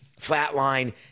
flatline